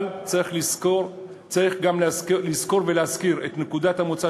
אבל צריך גם לזכור ולהזכיר את נקודת המוצא